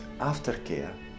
aftercare